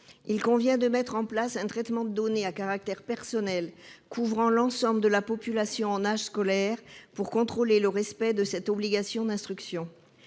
Il convient de mettre en place un traitement des données à caractère personnel couvrant l'ensemble de la population en âge scolaire pour contrôler le respect de cette obligation d'instruction.